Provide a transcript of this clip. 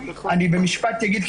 אני במשפט אגיד,